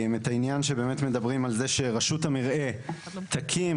כשמדברים על זה שרשות המרעה תקים,